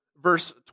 Verse